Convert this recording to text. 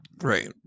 Right